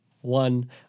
one